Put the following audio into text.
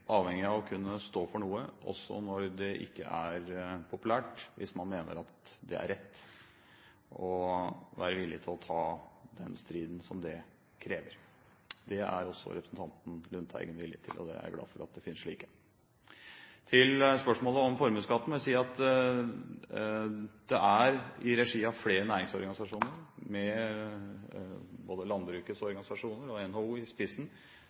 avhengig av å kunne stå for noe – også når det ikke er populært – hvis man mener at det er rett, og være villig til å ta den striden som det krever. Det er også representanten Lundteigen villig til, og jeg er glad for at det finnes slike. Til spørsmålet om formuesskatten må jeg si at det i regi av flere næringsorganisasjoner, med både landbrukets organisasjoner og NHO i spissen,